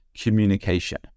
communication